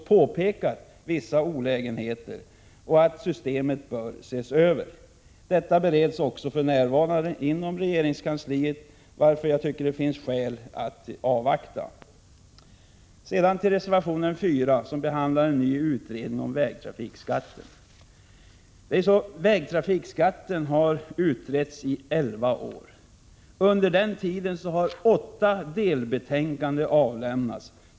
Utredningen har pekat på vissa olägenheter i de nuvarande reglerna och anfört att systemet bör ses över. Frågan bereds för närvarande inom regeringskansliet, varför jag tycker det finns skäl att avvakta. En ny utredning om vägtrafikskatten föreslås i reservation 4. Frågan om vägtrafikskatten har utretts i elva år. Under den tiden har åtta delbetänkanden avlämnats.